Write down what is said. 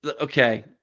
okay